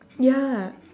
ya